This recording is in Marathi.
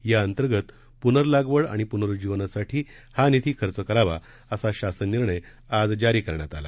याअंतर्गत प्नर्लागवड आणि प्नरुज्जीवनासाठी हा निधी खर्च करावा असा शासन निर्णय आज जारी करण्यात आला